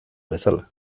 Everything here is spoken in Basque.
bezala